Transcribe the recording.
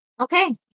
Okay